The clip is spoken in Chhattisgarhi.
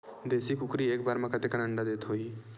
देशी कुकरी एक बार म कतेकन अंडा देत होही?